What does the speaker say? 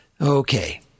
Okay